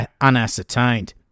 unascertained